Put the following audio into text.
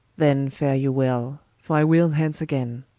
then fare you well, for i will hence againe,